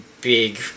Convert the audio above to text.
big